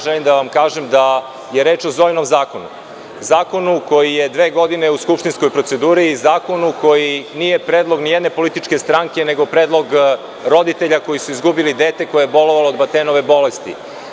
Želim da vam kažem da je reč o Zojinom zakonu, zakonu koji je dve godine u skupštinskoj proceduri, zakonu koji nije predlog nijedne političke stranke, nego predlog roditelja koji su izgubili dete koje je bolovalo od Batenove bolesti.